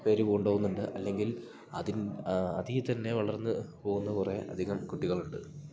പേര് കൊണ്ടുപോകുന്നുണ്ട് അല്ലെങ്കിൽ അതിൽത്തന്നെ വളർന്ന് പോകുന്ന കുറേ അധികം കുട്ടികൾ ഉണ്ട്